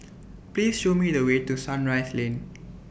Please Show Me The Way to Sunrise Lane